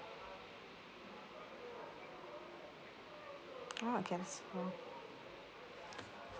orh